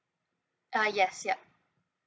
uh yes yup